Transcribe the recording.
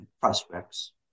prospects